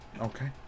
Okay